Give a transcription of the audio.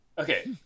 Okay